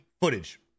footage